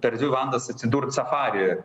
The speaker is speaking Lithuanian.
per dvi valandas atsidurt safari